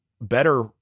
better